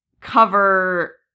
cover